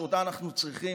שאותה אנחנו צריכים,